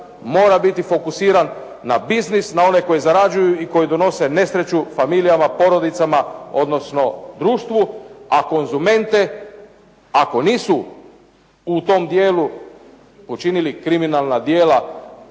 mora biti fokusiran na biznis, na one koji zarađuju i koji donose nesreću familijama, porodicama odnosno društvu, a konzumente ako nisu u tom dijelu počinili kriminalna djela